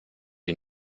die